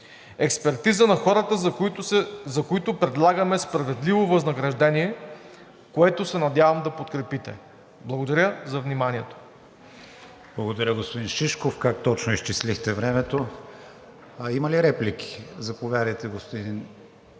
експертиза на хората, за които предлагаме справедливо възнаграждение, което се надявам да подкрепите. Благодаря за вниманието. ПРЕДСЕДАТЕЛ КРИСТИАН ВИГЕНИН: Благодаря, господин Шишков. Как точно изчислихте времето! Има ли реплики? Заповядайте, господин